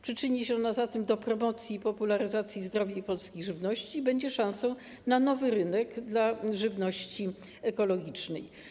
Przyczyni się on zatem do promocji i popularyzacji zdrowia i polskiej żywności, będzie szansą na nowy rynek dla żywności ekologicznej.